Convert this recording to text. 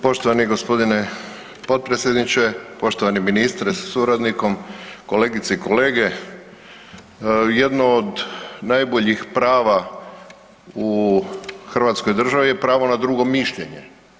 Poštovani gospodine potpredsjedniče, poštovani ministre sa suradnikom, kolegice i kolege, jedno od najboljih prava u hrvatskoj državi je pravo na drugo mišljenje.